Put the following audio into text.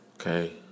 Okay